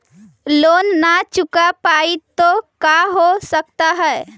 Loan न चुका पाई तो का हो सकता है?